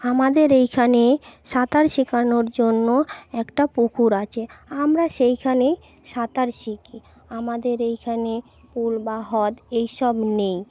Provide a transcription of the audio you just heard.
আমাদের এইখানে সাঁতার শেখানোর জন্য একটা পুকুর আছে আমরা সেইখানে সাঁতার শিখি আমাদের এইখানে পুল বা হ্রদ এইসব নেই